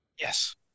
Yes